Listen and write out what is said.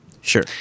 Sure